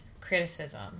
criticism